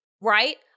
right